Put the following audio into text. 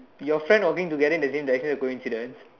your friend walking together in the same direction is a coincidence